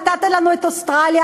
נתת לנו את אוסטרליה,